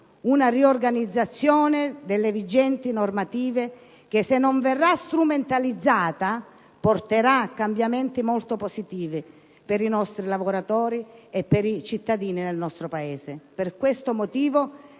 una riorganizzazione della vigente normativa che, se non verrà strumentalizzata, porterà cambiamenti molto positivi per i nostri lavoratori e per i cittadini del nostro Paese. Per questo motivo,